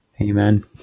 Amen